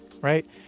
Right